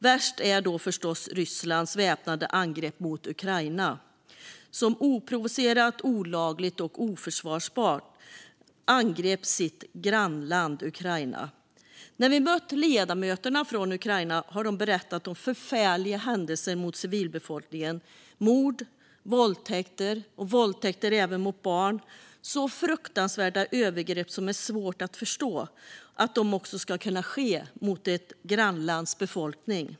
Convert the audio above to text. Värst är förstås Rysslands väpnade angrepp mot Ukraina. Ryssland angrep sitt grannland Ukraina; det är oprovocerat, olagligt och oförsvarbart. När vi har mött ledamöterna från Ukraina har de berättat om förfärliga händelser som drabbat civilbefolkningen, till exempel mord och våldtäkter, även mot barn. Det är fruktansvärda övergrepp, och det är svårt att förstå att detta ska kunna ske mot ett grannlands befolkning.